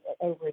over